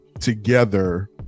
together